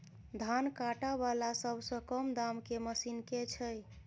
धान काटा वला सबसँ कम दाम केँ मशीन केँ छैय?